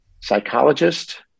psychologist